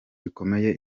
rikomeye